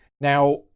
Now